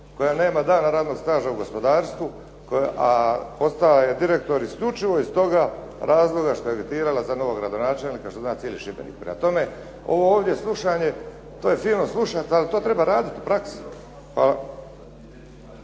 koja nema dana radnog staža u gospodarstvu, a postao je direktor isključivo iz toga razloga što je .../Govornik se ne razumije./... za novog gradonačelnika što zna cijeli Šibenik. Prema tome, ovo ovdje slušanje, to je fino slušati ali to treba raditi u praksi. Hvala.